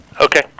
Okay